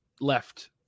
left